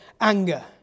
anger